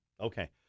Okay